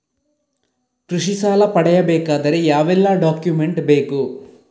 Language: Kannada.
ಕೃಷಿ ಸಾಲ ಪಡೆಯಬೇಕಾದರೆ ಯಾವೆಲ್ಲ ಡಾಕ್ಯುಮೆಂಟ್ ಬೇಕು?